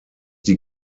die